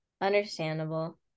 Understandable